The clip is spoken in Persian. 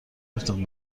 گفتم